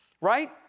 right